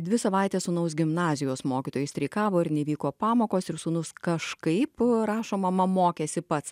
dvi savaites sūnaus gimnazijos mokytojai streikavo ir nevyko pamokos ir sūnus kažkaip rašo mama mokėsi pats